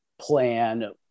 plan